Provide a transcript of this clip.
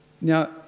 Now